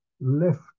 left